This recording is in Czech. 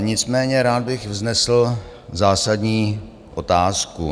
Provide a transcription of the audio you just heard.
Nicméně rád bych vznesl zásadní otázku.